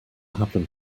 happen